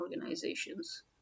organizations